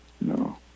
No